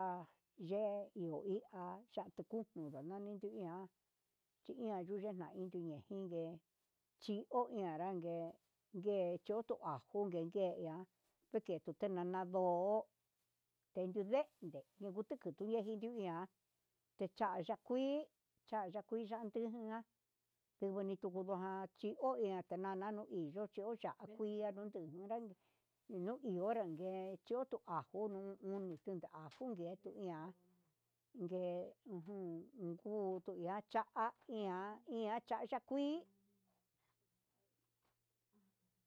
Ha yee iho iha ya'á tuku kuka nani tu iha ña xhi ian nani tu intuyé, ingue chi ho iin anrague ngue chitun ngua tuyen yeya'a keyu tinana ndo teyu ndente ndini tinuian, te ya'á kui ya kuii yandio iha chini tuva'a chinonchea, tinana xhio chí ho ya'á kuiia njute unrangue inu unrangue chí, chiotu ngangono uni tu nda ajunnu ngue tu ian ngue ujun ian cha ian, ian ta ya'á kuii.